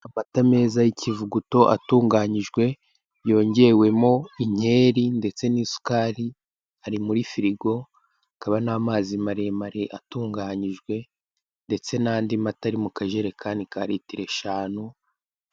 Amata meza y'ikivuguto atunganyijwe yongewemo inkeri ndetse n'isukari ari muri firigo hakaba n'amazi maremare atunganyijwe ndetse n'andi mata ari mu kajerekani ka litiro eshanu.